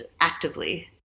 actively